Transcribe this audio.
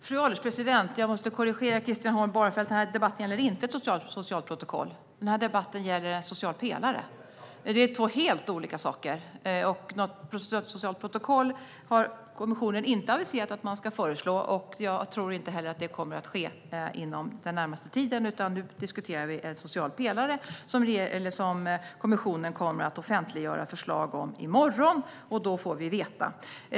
Fru ålderspresident! Jag måste korrigera Christian Holm Barenfeld. Den här debatten gäller inte ett socialt protokoll. Den här debatten gäller en social pelare. Det är två helt olika saker. Kommissionen har inte aviserat att man ska föreslå något socialt protokoll. Jag tror inte heller att det kommer att ske inom den närmaste tiden. Nu diskuterar vi en social pelare, som kommissionen kommer att offentliggöra förslag om i morgon. Då får vi veta.